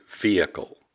vehicle